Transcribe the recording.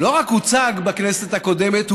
לא רק הוצג בכנסת הקודמת,